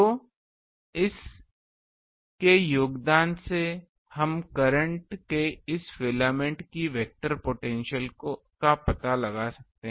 तो इस के योगदान से हम करंट के इस फिलामेंट की वेक्टर पोटेंशियल का पता लगा सकते हैं